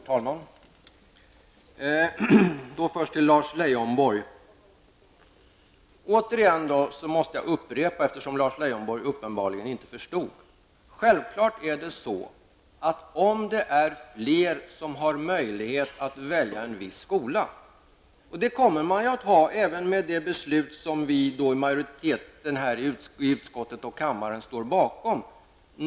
Herr talman! Först till Lars Leijonborg. Jag måste upprepa eftersom Lars Leijonborg uppenbarligen inte förstod. Självklart är det så att det även med det förslag som majoriteten i utskottet och här i kammaren står bakom kommer att finnas möjligheter för fler att välja en viss skola.